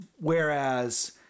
whereas